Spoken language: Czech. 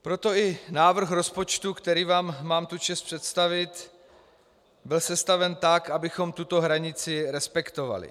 Proto i návrh rozpočtu, který vám mám tu čest představit, byl sestaven tak, abychom tuto hranici respektovali.